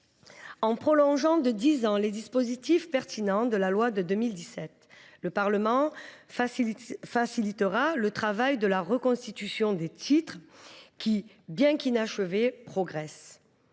En prolongeant de dix ans les dispositifs pertinents de la loi de 2017, le Parlement facilitera le travail de reconstitution des titres, qui, bien qu’inachevé, progresse.